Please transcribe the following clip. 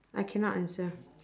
I cannot answer